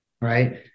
right